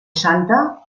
santa